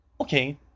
Okay